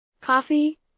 Coffee